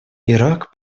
ирак